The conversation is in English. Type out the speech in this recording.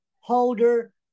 holder